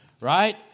right